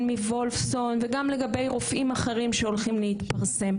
מוולפסון וגם לגבי רופאים אחרים שהולכים להתפרסם.